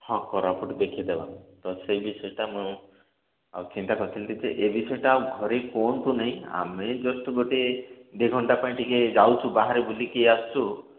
ହଁ କୋରାପୁଟ୍ ଦେଖିଦେବା ତ ସେହି ବିଷୟଟା ମୁଁ ଆଉ ଚିନ୍ତା କରିଥିଲି ଯେ ଏ ବିଷୟଟା ଆଉ ଘରେ କୁହନ୍ତୁ ନାଇଁ ଆମେ ଜଷ୍ଟ୍ ଗୋଟିଏ ଦୁଇ ଘଣ୍ଟା ପାଇଁ ଟିକେ ଯାଉଛୁ ବାହାରେ ବୁଲିକି ଆସଛୁ